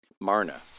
Marna